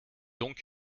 donc